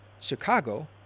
Chicago